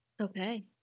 okay